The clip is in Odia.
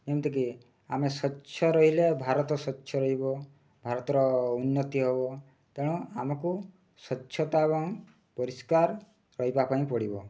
ଯେମିତିକି ଆମେ ସ୍ୱଚ୍ଛ ରହିଲେ ଭାରତ ସ୍ୱଚ୍ଛ ରହିବ ଭାରତର ଉନ୍ନତି ହେବ ତେଣୁ ଆମକୁ ସ୍ୱଚ୍ଛତା ଏବଂ ପରିଷ୍କାର ରହିବା ପାଇଁ ପଡ଼ିବ